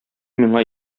миңа